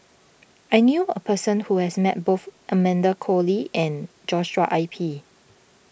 I knew a person who has met both Amanda Koe Lee and Joshua I P